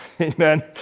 amen